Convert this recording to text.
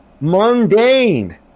mundane